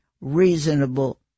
reasonable